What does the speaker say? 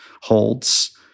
holds